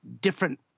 different